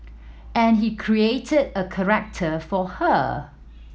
and he created a corrector for her